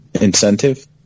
Incentive